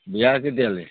বিয়া কেতিয়ালৈ